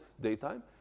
daytime